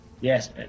Yes